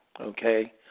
okay